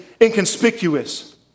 inconspicuous